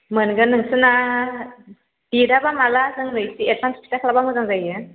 मोनगोन नोंसिना डेटआबा माला जोंनो एसे एदभान्स खिन्थाखाबा मोजां जायो